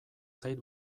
zait